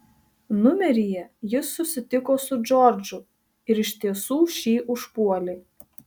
numeryje jis susitiko su džordžu ir iš tiesų šį užpuolė